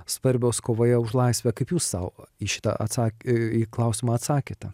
svarbios kovoje už laisvę kaip jūs sau į šitą atsak į klausimą atsakėte